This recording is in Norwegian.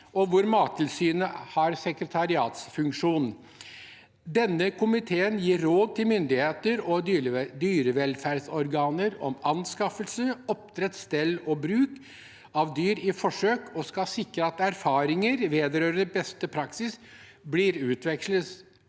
og Mattilsynet har sekretariatsfunksjon. Denne komiteen gir råd til myndigheter og dyrevelferdsorganer om anskaffelse, oppdrett, stell og bruk av dyr i forsøk, og skal sikre at erfaringer vedrørende beste praksis blir utvekslet